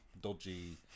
dodgy